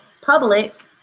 public